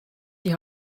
die